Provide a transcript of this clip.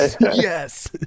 Yes